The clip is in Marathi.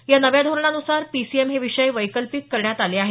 या नव्या धोरणानुसार पीसीएम हे विषय वैकल्पिक करण्यात आले आहेत